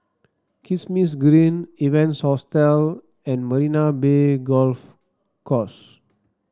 Kismis Green Evans Hostel and Marina Bay Golf Course